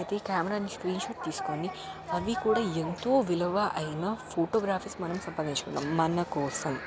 అయితే కెమెరాని స్క్రీన్షాట్ తీసుకొని అవి కూడా ఎంతో విలువ అయిన ఫొటోగ్రఫీస్ మనం సంపాదించుకున్నాము మన కోసం